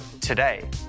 today